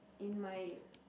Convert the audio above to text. in my